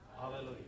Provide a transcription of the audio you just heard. Hallelujah